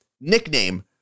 nickname